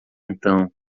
então